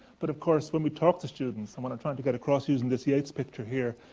but of course, when we talk to students and what i'm trying to get across using this yates picture here.